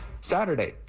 Saturday